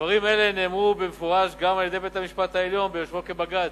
דברים אלה נאמרו במפורש גם על-ידי בית-המשפט העליון ביושבו כבג"ץ.